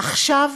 עכשיו